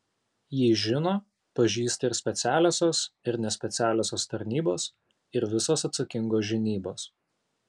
jį žino pažįsta ir specialiosios ir nespecialiosios tarnybos ir visos atsakingos žinybos